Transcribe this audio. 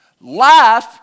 Life